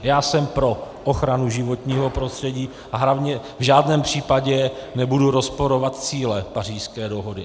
Já jsem pro ochranu životního prostředí a hlavně v žádném případě nebudu rozporovat cíle Pařížské dohody.